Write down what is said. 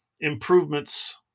improvements –